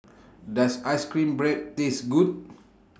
Does Ice Cream Bread Taste Good